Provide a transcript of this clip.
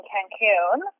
Cancun